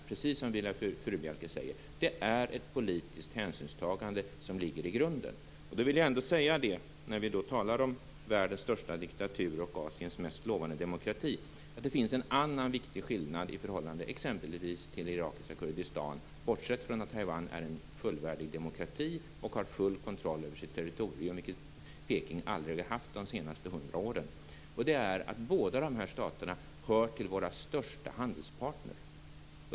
Precis som Viola Furubjelke säger är det i grunden fråga om ett politiskt hänsynstagande. När vi talar om världens största diktatur och Asiens mest lovande demokrati vill jag peka på en annan viktig skillnad exempelvis i förhållande till irakiska Kurdistan - bortsett från att Taiwan är en fullvärdig demokrati och har full kontroll över sitt territorium, vilket Peking aldrig haft under de senaste hundra åren. Båda dessa stater hör ju till våra största handelspartner.